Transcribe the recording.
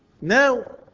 Now